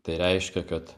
tai reiškia kad